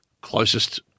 closest